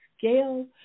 scale